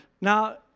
Now